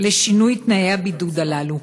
לשינוי תנאי הבידוד הללו?